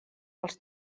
als